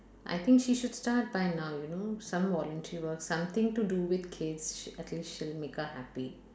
I think she should start by now you know some volunteer work something to do with kids sh~ at least she'll make her happy